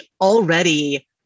already